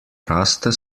raste